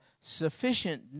sufficient